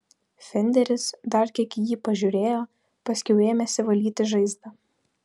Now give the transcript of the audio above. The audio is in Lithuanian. fenderis dar kiek į jį pažiūrėjo paskiau ėmėsi valyti žaizdą